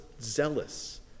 zealous